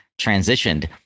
transitioned